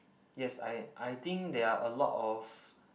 yes I I think there are a lot of